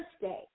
Thursday